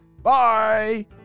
Bye